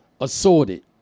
assorted